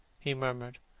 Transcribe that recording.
he murmured,